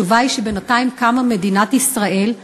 התשובה היא שבינתיים קמה מדינת ישראל,